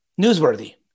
newsworthy